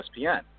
ESPN